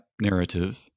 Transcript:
narrative